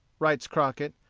writes crockett,